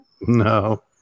No